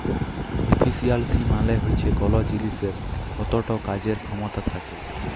ইফিসিয়ালসি মালে হচ্যে কল জিলিসের কতট কাজের খ্যামতা থ্যাকে